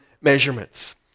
measurements